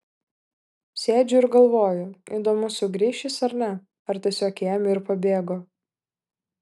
sėdžiu ir galvoju įdomu sugrįš jis ar ne ar tiesiog ėmė ir pabėgo